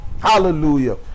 Hallelujah